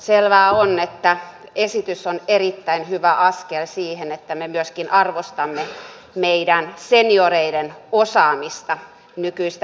selvää on että esitys on erittäin hyvä askel siihen että me arvostamme myöskin meidän senioreiden osaamista nykyistä enemmän